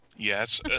Yes